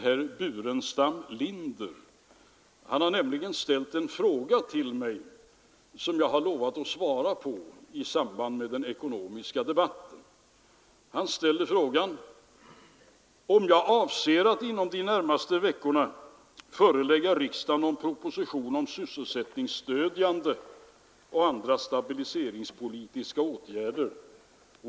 Herr Burenstam Linder har ställt en enkel fråga till mig, som jag har lovat att besvara i samband med den ekonomiska debatten. Han frågar om jag avser att inom de närmaste veckorna förelägga riksdagen någon proposition om sysselsättningsstödjande och andra stabiliseringspolitiska åtgärder.